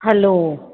hello